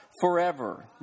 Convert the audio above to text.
forever